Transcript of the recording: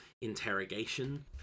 interrogation